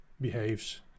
behaves